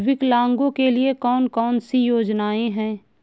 विकलांगों के लिए कौन कौनसी योजना है?